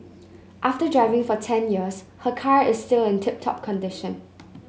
after driving for ten years her car is still in tip top condition